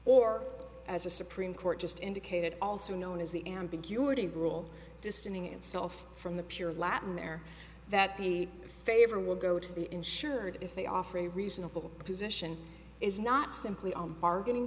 or as a supreme court just indicated also known as the ambiguity rule distancing itself from the pure latin there that the favor will go to the insured if they offer a reasonable position is not simply on bargaining